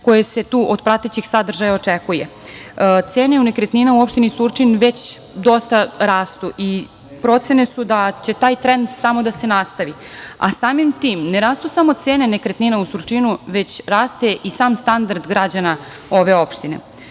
koja se tu od pratećih sadržaja očekuje. Cene nekretnina u opštini Surčin već dosta rastu i procene su da će taj trend samo da se nastavi, a samim tim, ne rastu samo cene nekretnina u Surčinu, već raste i sam standard građana ove opštine. Kada